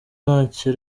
ntacyo